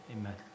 Amen